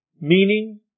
meaning